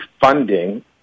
funding